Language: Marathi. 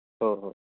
हो हो